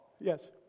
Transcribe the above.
Yes